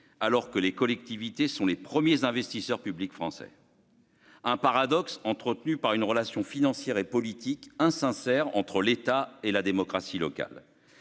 alors que les collectivités sont les premiers investisseurs publics français. Un paradoxe entretenu par une relation financière et politique hein sincère entre l'État et la démocratie locale,